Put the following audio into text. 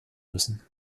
müssen